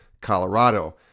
Colorado